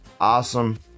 Awesome